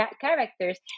characters